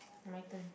my turn